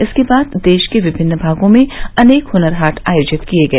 इसके बाद देश के विभिन्न भागों में अनेक हुनर हाट आयोजित किए गए